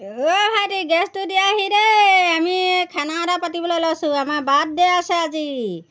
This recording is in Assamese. ঐ ভাইটি গেছটো দিয়াহি দেই আমি খানা এটা পাতিবলৈ লৈছোঁ আমাৰ বাৰ্থডে' আছে আজি